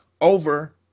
over